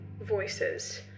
voices